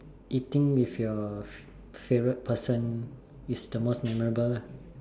eating with your fav favourite person is the most memorable lah